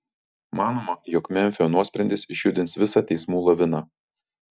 manoma jog memfio nuosprendis išjudins visą teismų laviną